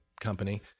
company